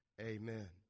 Amen